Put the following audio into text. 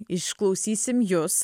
išklausysim jus